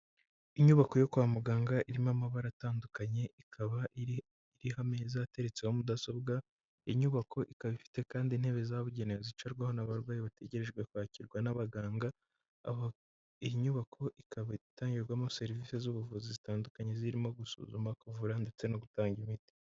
Inyubako yo kwa muganga irimo amabara atandukanye, ikaba iriho ameza ateretseho mudasobwa, iyi nyubako ikaba ifite kandi intebe zabugenewe zicarwaho n'abarwayi bategerejwe kwakirwa n'abaganga, iyi nyubako ikaba itangirwamo serivisi z'ubuvuzi zitandukanye zirimo gusuzuma, kuvura ndetse no gutanga imiti.